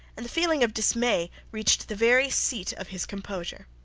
and the feeling of dismay reached the very seat of his composure.